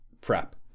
prep